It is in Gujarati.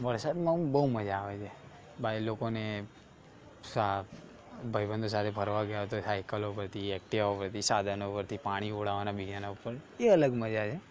વરસાદમાં આમ બહુ મજા આવે છે ભાઈ લોકોને સા ભાઇબંધો સાથે ફરવા ગયા હોય તો સાઇકલો પરથી એક્ટિવાઓ પરથી સાધનો પરથી પાણી ઉડાવવાનાં બીજાના ઉપર એ અલગ મજા છે